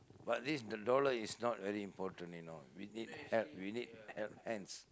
but this dollar is not very important you know we need help we need help hands